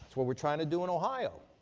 what we're trying to do in ohio.